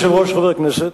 אדוני היושב-ראש, חברי הכנסת,